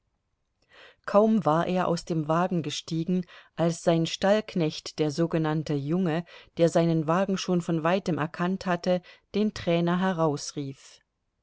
kaum war er aus dem wagen gestiegen als sein stallknecht der sogenannte junge der seinen wagen schon von weitem erkannt hatte den trainer herausrief